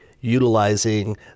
utilizing